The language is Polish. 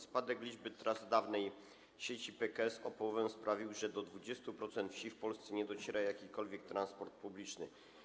Spadek liczby tras dawnej sieci PKS o połowę sprawił, że do 20% wsi w Polsce nie dociera jakikolwiek transport publiczny.